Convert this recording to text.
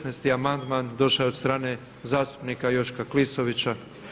16. amandman došao je od strane zastupnika Joška Klisovića.